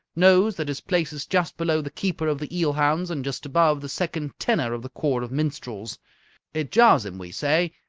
knows that his place is just below the keeper of the eel-hounds and just above the second tenor of the corps of minstrels it jars him, we say,